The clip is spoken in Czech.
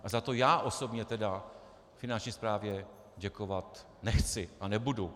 A za to já osobně Finanční správě děkovat nechci a nebudu.